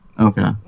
okay